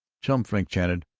chum frink chanted,